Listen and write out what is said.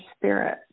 spirit